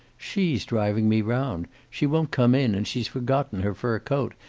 she's driving me round. she won't come in, and she's forgotten her fur coat.